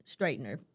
straightener